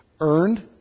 earned